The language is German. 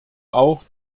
auch